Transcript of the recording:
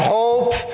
hope